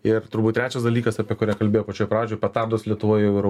ir turbūt trečias dalykas apie kurią kalbėjo pačioj pradžioj petardos lietuvoj jau yra